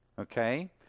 Okay